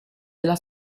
della